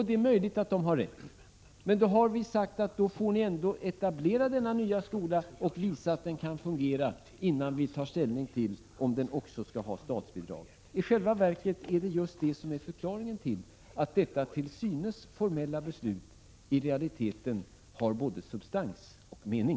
Det är möjligt att stiftelsen har rätt. Men vi har sagt att man då får etablera denna nya skola och visa att den kan fungera innan vi tar ställning till om den också skall ha statsbidrag. I själva verket är just detta förklaringen till att det till synes formella beslutet i realiteten har både substans och mening.